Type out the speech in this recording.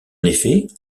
effet